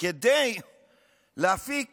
כדי להפיק